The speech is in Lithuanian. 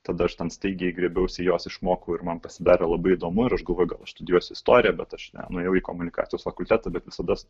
tada aš ten staigiai griebiausi jos išmokau ir man pasidarė labai įdomu ar aš galvoju gal aš studijuosiu istoriją bet aš na nuėjau į komunikacijos fakultetą bet visada